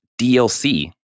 DLC